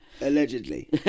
Allegedly